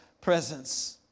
presence